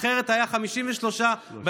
אחרת היה 53 מיליארד.